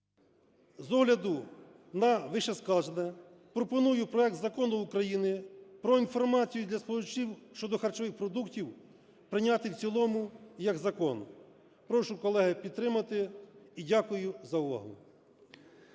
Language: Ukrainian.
З огляду на вищесказане, пропоную проект Закону України про інформацію для споживачів щодо харчових продуктів прийняти в цілому як закон. Прошу, колеги, підтримати. І дякую за увагу.